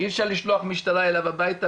אי אפשר לשלוח משטרה אליו הביתה,